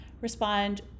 respond